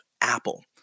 Apple